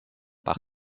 par